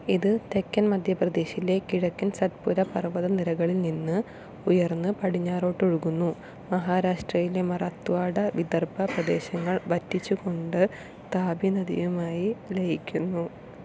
ഇത് തെക്കൻ മധ്യപ്രദേശിലെ കിഴക്കൻ സത്പുര പർവതനിരകളിൽ നിന്ന് ഉയർന്ന് പടിഞ്ഞാറോട്ട് ഒഴുകുന്നു മഹാരാഷ്ട്രയിലെ മറാത്ത്വാഡ വിദർഭ പ്രദേശങ്ങൾ വറ്റിച്ചുകൊണ്ട് താപി നദിയുമായി ലയിക്കുന്നു